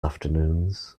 afternoons